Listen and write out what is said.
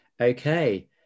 Okay